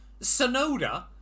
Sonoda